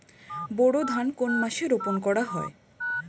বোরো ধান কোন মাসে রোপণ করা হয়?